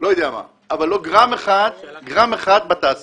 לא יודע מה אבל לא גרם אחד בתעשייה?